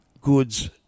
goods